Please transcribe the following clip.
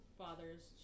fathers